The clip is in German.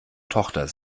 tochter